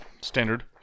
standard